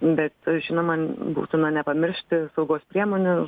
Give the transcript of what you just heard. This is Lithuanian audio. bet žinoma būtina nepamiršti saugos priemonių